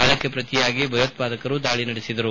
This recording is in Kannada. ಅದಕ್ಕೆ ಪ್ರತಿಯಾಗಿ ಭಯೋತ್ವಾದಕರು ದಾಳಿ ನಡೆಸಿದರು